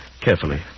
carefully